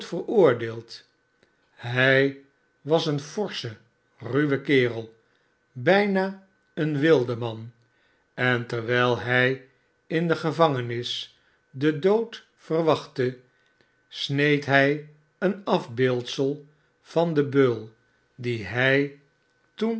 veroordeeld hij was een forsche ruwe kerelr bijna een wildeman en terwijl hij in de gevangenis den dood vef wachtte sneed hij een afbeeldsel van den beul dien hij toenhm